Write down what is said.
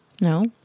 No